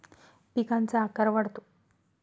पिकांचा आकार वाढतो